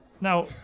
Now